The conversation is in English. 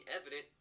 evident